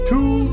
Two